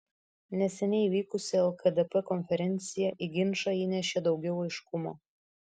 neseniai įvykusi lkdp konferencija į ginčą įnešė daugiau aiškumo